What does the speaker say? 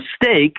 mistake